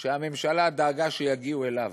שהממשלה דאגה שיגיעו אליו.